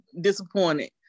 disappointed